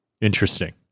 Interesting